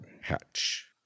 hatch